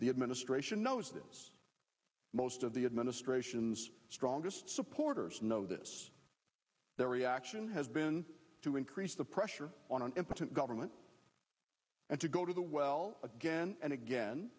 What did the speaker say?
the administration knows this most of the administration's strongest supporters know this their reaction has been to increase the pressure on an impotent government and to go to the well again and again